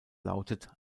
lautet